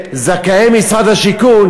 לזכאי משרד השיכון,